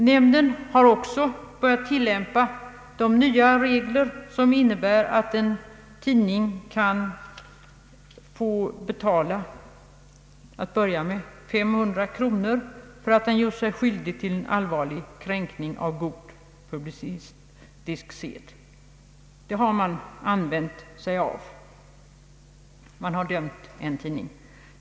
Nämnden har också börjat tillämpa de nya regler som innebär att en tidning kan få betala till att börja med 500 kronor för att den gjort sig skyldig till en allvarlig kränkning av god publicistisk sed. Den regeln har nämnden nu använt sig av. En tidning har fällts.